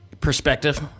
perspective